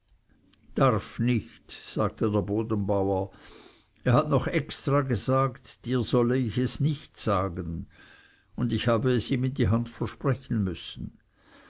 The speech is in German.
darf nicht sagte der bodenbauer er hat noch extra gesagt dir solle ich es nicht sagen und ich habe es ihm in die hand versprechen müssen